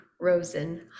Rosen